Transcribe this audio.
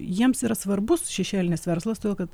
jiems yra svarbus šešėlinis verslas todėl kad